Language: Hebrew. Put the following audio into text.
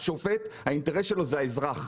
שופט, האינטרס שלו זה האזרח.